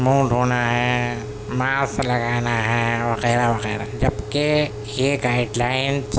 منھ دھونا ہے ماسک لگانا ہے وغیرہ وغیرہ جب کہ یہ گائڈلائن